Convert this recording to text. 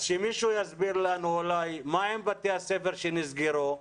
אז שמישהו יסביר לנו אולי מה עם בתי הספר שנסגרו?